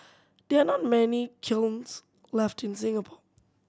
there not many kilns left in Singapore